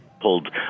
pulled